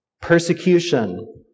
persecution